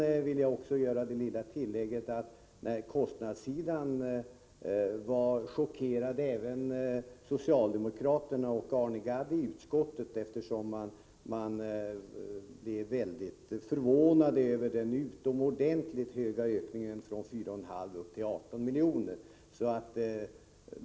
Jag vill också göra det lilla tillägget att kostnadsökningen chockerade även socialdemokraterna inkl. Arne Gadd i utskottet. De blev mycket förvånade över den utomordentligt höga ökningen från 3,5 till 18 miljoner.